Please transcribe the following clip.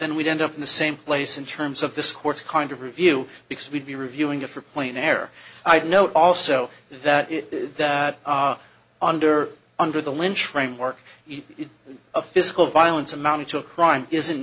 then we'd end up in the same place in terms of this court's kind of review because we'd be reviewing it for plain air i'd note also that it is that under under the lynch framework of physical violence amounting to a crime isn't